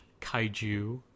kaiju